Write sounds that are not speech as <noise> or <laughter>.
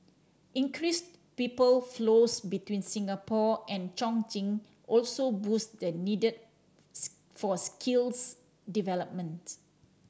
increased people flows between Singapore and Chongqing also boost the need <unintelligible> for skills development